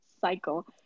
cycle